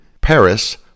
Paris